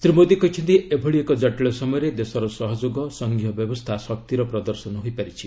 ଶ୍ରୀ ମୋଦୀ କହିଛନ୍ତି ଏଭଳି ଏକ ଜଟିଳ ସମୟରେ ଦେଶର ସହଯୋଗ ସଂଘୀୟ ବ୍ୟବସ୍ଥା ଶକ୍ତିର ପ୍ରଦର୍ଶନ ହୋଇପାରିଛି